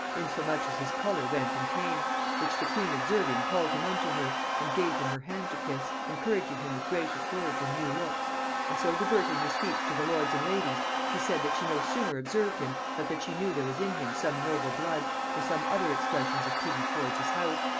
insomuch as his colour went and came which the queen observing called him unto her, and gave him her hand to kiss, encouraging him with gracious words and new looks and so diverting her speech to the lords and ladies, she said, that she no sooner observed him but that she knew there was in him some noble blood, with some other expressions of pity towards his house.